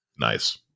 Nice